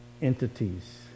entities